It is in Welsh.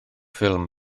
ffilm